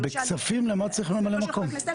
בכספים למה צריך ממלא מקום?